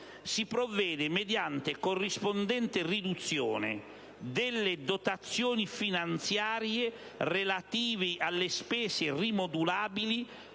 «si provvede mediante corrispondente riduzione delle dotazioni finanziarie relative alle spese rimodulabili